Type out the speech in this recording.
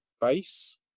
base